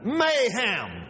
mayhem